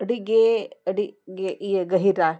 ᱟᱹᱰᱤᱜᱮ ᱟᱹᱰᱤ ᱜᱮ ᱤᱭᱟᱹ ᱜᱟᱹᱦᱤᱨᱟ